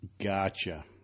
Gotcha